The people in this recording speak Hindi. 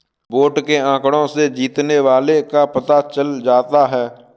वोट के आंकड़ों से जीतने वाले का पता चल जाता है